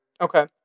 Okay